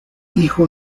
hijo